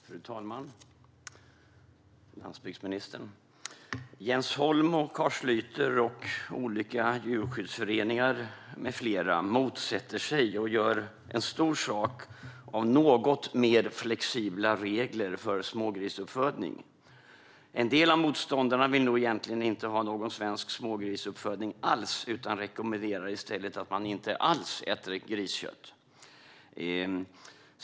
Fru talman! Landsbygdsministern! Jens Holm, Carl Schlyter och olika djurskyddsföreningar med flera motsätter sig något mer flexibla regler för smågrisuppfödning och gör en stor sak av detta. En del av motståndarna vill nog inte ha någon svensk smågrisuppfödning alls utan rekommenderar i stället att man inte alls äter griskött.